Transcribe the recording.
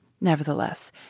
nevertheless